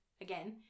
again